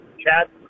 Chad